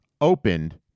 opened